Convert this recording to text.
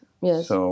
Yes